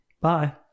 Bye